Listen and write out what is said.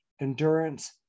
endurance